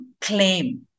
claim